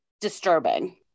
disturbing